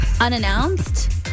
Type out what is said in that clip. unannounced